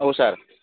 औ सार